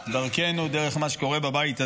דרכנו, ודרך מה שקורה בבית הזה,